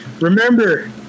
Remember